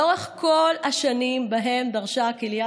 לאורך כל השנים שבהן דרישה הקהילייה